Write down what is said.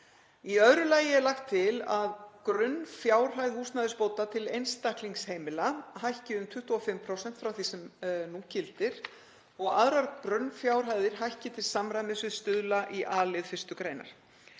Í öðru lagi er lagt til að grunnfjárhæð húsnæðisbóta til einstaklingsheimila hækki um 25% frá því sem nú gildir og aðrar grunnfjárhæðir hækki til samræmis við stuðla í a-lið 1. gr.